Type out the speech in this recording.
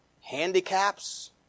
Handicaps